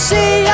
See